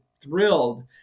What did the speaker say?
thrilled